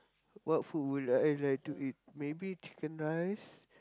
what food would I like to eat maybe chicken rice